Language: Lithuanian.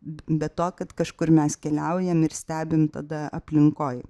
be to kad kažkur mes keliaujam ir stebim tada aplinkoj